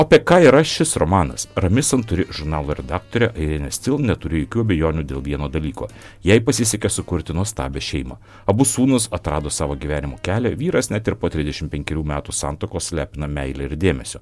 apie ką yra šis romanas rami santūri žurnalo redaktorė airinė stil neturi jokių abejonių dėl vieno dalyko jai pasisekė sukurti nuostabią šeimą abu sūnūs atrado savo gyvenimo kelią vyras net ir po trisdešim penkerių metų santuokos lepina meile ir dėmesiu